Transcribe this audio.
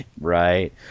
Right